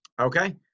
Okay